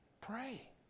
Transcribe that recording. Pray